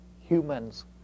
humans